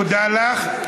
תודה לך.